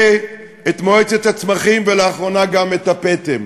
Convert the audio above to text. את המדגה, את מועצת הצמחים, ולאחרונה גם את הפטם.